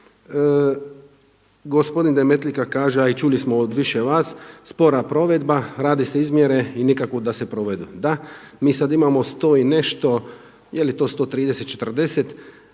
Gospodin Demetlika kaže, a i čuli smo od više vas, spora provedba, rade se izmjere i nikako da se provedu. Da, mi sada imamo 100 i nešto jeli to 130, 140